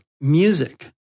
music